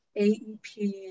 AEP